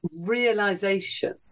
realization